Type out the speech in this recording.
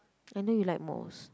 I know you like malls